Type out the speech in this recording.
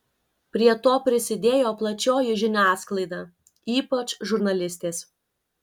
prie to prisidėjo plačioji žiniasklaida ypač žurnalistės